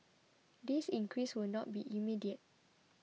this increase will not be immediate